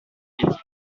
premier